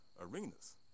arenas